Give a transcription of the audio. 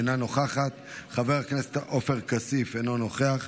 אינה נוכחת, חבר הכנסת עופר כסיף, אינו נוכח.